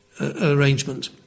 arrangement